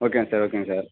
ஓகேங்க சார் ஓகேங்க சார்